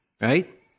right